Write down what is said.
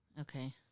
Okay